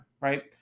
right